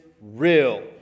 real